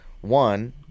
One